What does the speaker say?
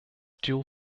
dual